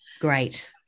Great